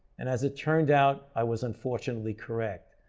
and as it turned out, i was unfortunately correct.